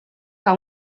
que